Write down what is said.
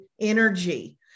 energy